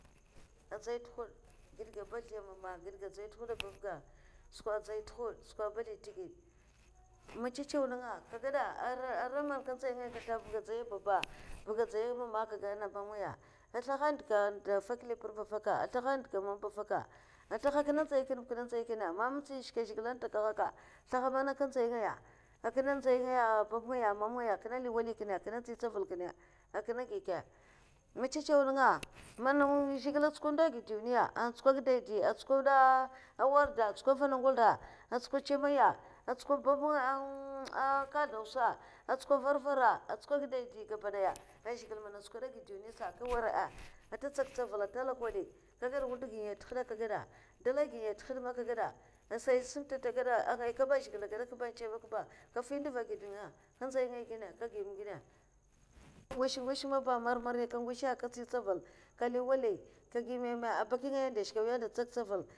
Adzay tè hud gid ga a balthayè mamma, gid ga adzai nte hud a babga, suka dzai nte hud, suka bathaye te gid, ma machèw nènga kagada arai ara man nga nzai kata vaga adzaiya baba, vaga adzaiya ah mama aka gata na babngaya ta slaha de ka an da fak nlepra ba afaka, te slaha de ka mama eh de ka kine slaha kine nzay kine ba kine nzaiy kine' man mutsi shke a zhigile n'takahan'kine ka slaha mana nka nzay ngaya akine nzay ngaya a babngaya a mamngaya akine li wali kine, a kine ntsaval kine, a kine gi ka ma machèw nènga man zhigile tsuko ndo a ged duniya, atsuka gidaidi, an tsuko warda atsuko vanagoltha, atsuko chamaya, atsuka kaldausa, a tsuko varvara, atsuka gidaidi gabakidaya an zhigile man atsukoda a ged duniya sa nka nwara a'nta ntsak ntsavala aka let wali kagad wudgi ngaya nte hada aka gada dalaigyi ngaya nte had ma aka gada asai sam nte gada angai kaba a zhigilè agada ba, an chemaka ba sai kafi nduv a ged nenga ka nzay ngay gine aka gi me gine ka ngosh ngosh ngya maba marmari ka ngosha aka tsi tsavul. ka li wali ka giu meme a bakingaya an de shka mwi ada ntsak ntsaval.